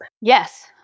Yes